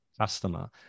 customer